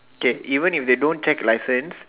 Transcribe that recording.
okay even if they don't check license